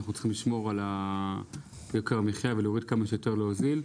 אנחנו צריכים לשמור על יוקר המחיה וכמה שיותר להוזיל,